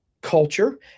culture